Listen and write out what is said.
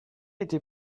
été